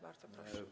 Bardzo proszę.